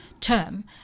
term